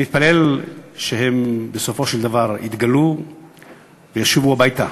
אני מתפלל שהם בסופו של דבר יתגלו וישובו הביתה.